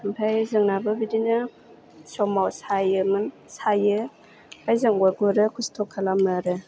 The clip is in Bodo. ओमफ्राय जोंनाबो बिदिनो समाव सायोमोन सायो ओमफ्राय जोंबो गुरो खस्थ' खालामो आरो